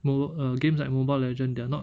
mobile uh games like mobile legend they are not